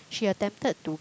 she attempted to